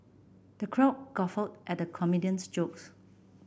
the crowd guffawed at the comedian's jokes